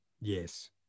Yes